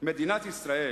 מדינת ישראל